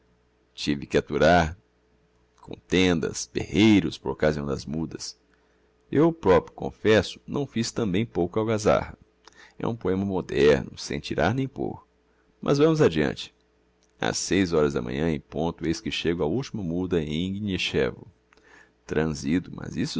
tive que aturar contendas berreiros por occasião das mudas eu proprio confesso não fiz tambem pouca algazarra é um poema moderno sem tirar nem pôr mas vamos adeante ás seis horas da manhã em ponto eis que chêgo á ultima muda em ignichévo tranzido mas isso